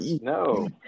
No